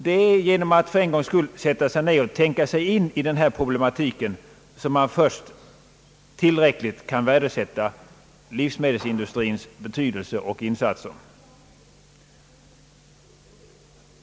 Det är genom att för en gångs skull sätta sig ned och tänka sig in i denna problematik som man först tillräckligt kan värdesätta livsmedelsindustrins betydelse och insatser.